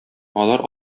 алар